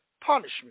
punishment